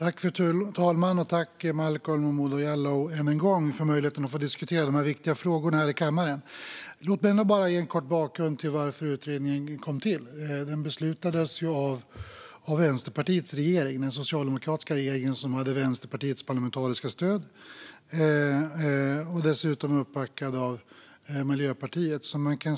Fru talman! Jag tackar än en gång Malcolm Momodou Jallow för möjligheten att diskutera dessa viktiga frågor i kammaren. Låt mig ge en kort bakgrund till varför utredningen tillsattes. Den beslutades av Vänsterpartiets regering, den socialdemokratiska regeringen som hade Vänsterpartiets parlamentariska stöd - dessutom uppbackad av Miljöpartiet.